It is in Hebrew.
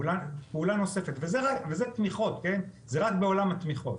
וזה רק בעולם התמיכות.